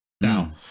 Now